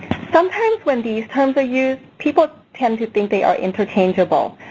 sometimes when these terms are used, people tend to think they are interchangeable.